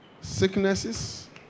Sicknesses